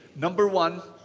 number one,